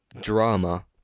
drama